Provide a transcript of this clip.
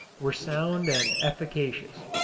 were sound and efficacious.